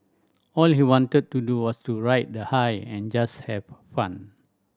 all he wanted to do was to ride the high and just have fun